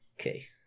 okay